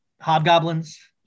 hobgoblins